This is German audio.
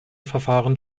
verfahren